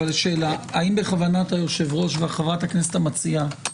אבל אני רוצה לשאול האם בכוונת היושב-ראש ובכוונת חברת הכנסת המציעה,